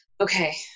Okay